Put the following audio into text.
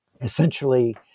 essentially